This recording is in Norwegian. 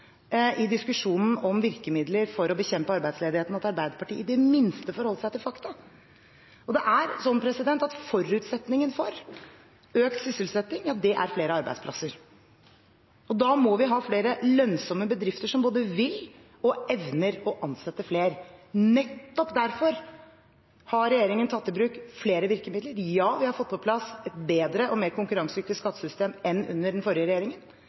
i diskusjonen om virkemidler for å bekjempe arbeidsledigheten at Arbeiderpartiet i det minste forholdt seg til fakta. Forutsetningen for økt sysselsetting er flere arbeidsplasser, og da må vi ha flere lønnsomme bedrifter som både vil og evner å ansette flere. Nettopp derfor har regjeringen tatt i bruk flere virkemidler. Ja, vi har fått på plass et bedre og mer konkurransedyktig skattesystem enn under den forrige regjeringen.